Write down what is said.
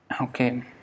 Okay